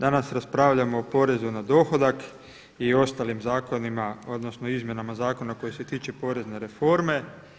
Danas raspravljamo o porezu na dohodak i ostalim zakonima odnosno izmjenama zakona koji se tiču porezne reforme.